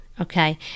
Okay